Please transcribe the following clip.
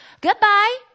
Goodbye